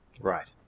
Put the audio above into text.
Right